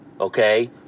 okay